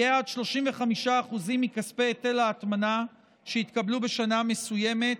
יהיה עד 35% מכספי היטל ההטמנה שהתקבלו בשנה מסוימת,